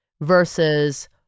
versus